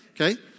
okay